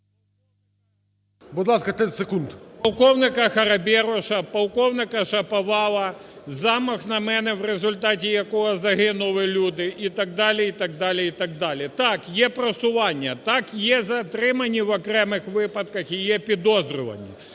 Полковника Хараберюша, полковника Шаповала, замах на мене, в результаті якого загинули люди, і так далі, і так далі, і так далі. Так, є просування. Так, є затримані в окремих випадках і є підозрювані.